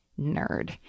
nerd